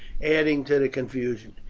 adding to the confusion.